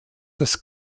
des